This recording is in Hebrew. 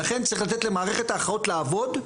ולכן צריך לתת למערכת ההכרעות לעבוד,